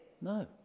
No